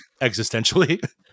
existentially